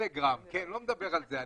אני לא מדבר על זה.